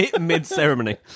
mid-ceremony